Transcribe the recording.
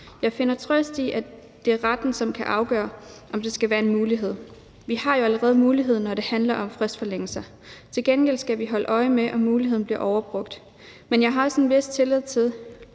Jeg finder trøst i, at det er retten, som kan afgøre, om det skal være en mulighed. Vi har jo allerede muligheden, når det handler om fristforlængelser. Til gengæld skal vi holde øje med, om muligheden bliver overbrugt, men jeg har også en vis tillid til,